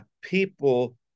people